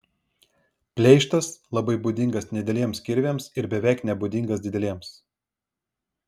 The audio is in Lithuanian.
pleištas labai būdingas nedideliems kirviams ir beveik nebūdingas dideliems